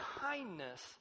kindness